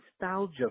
nostalgia